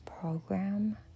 program